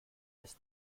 ist